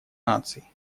наций